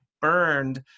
burned